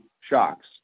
shocks